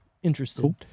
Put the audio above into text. Interesting